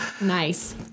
nice